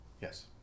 Yes